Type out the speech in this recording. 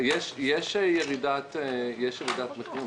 יש ירידת מחירים.